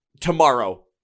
tomorrow